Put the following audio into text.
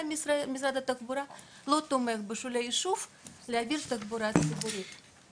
משרד התחבורה לא תומך להעביר תחבורה ציבורית בשולי היישוב.